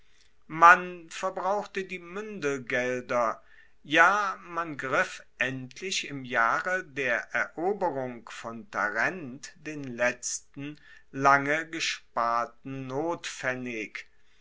man verbrauchte die muendelgelder ja man griff endlich im jahre der eroberung von tarent den letzten lange gesparten notpfennig